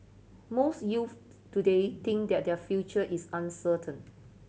most youths today think that their future is uncertain